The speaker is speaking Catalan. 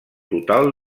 total